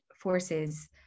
forces